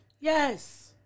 Yes